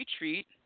Retreat –